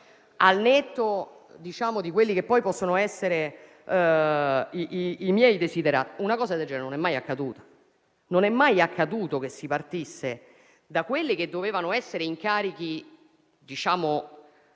al netto di quelli che possono essere i miei desiderata, una cosa del genere non è mai accaduta. Non è mai accaduto che, partendo da quelli che dovevano essere incarichi neutrali